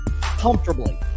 comfortably